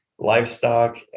Livestock